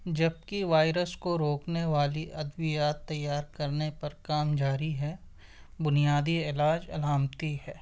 جبکہ وائرس کو روکنے والی ادویات تیار کرنے پر کام جاری ہے بنیادی علاج علامتی ہے